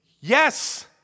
Yes